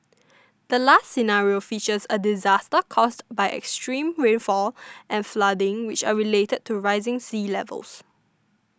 the last scenario features a disaster caused by extreme rainfall and flooding which are related to rising sea levels